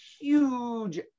huge